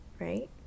right